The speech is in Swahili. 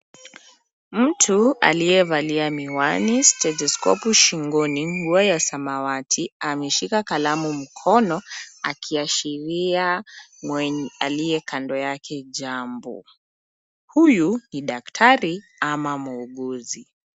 Mtu aliyevalia miwani, stetheskopu shingoni, nguo ya samawati, ameshika kalamu mkono, akiashiria aliye kando yake jambo. Huyu ni daktari ama muuguzi.